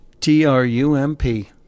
T-R-U-M-P